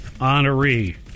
honoree